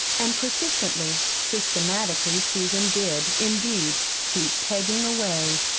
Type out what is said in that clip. and persistently, systematically susan did, indeed, keep peggin' away.